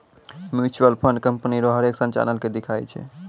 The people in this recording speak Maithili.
म्यूचुअल फंड कंपनी रो हरेक संचालन के दिखाय छै